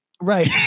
Right